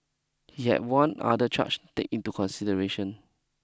he had one other charge take into consideration